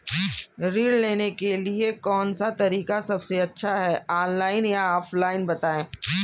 ऋण लेने के लिए कौन सा तरीका सबसे अच्छा है ऑनलाइन या ऑफलाइन बताएँ?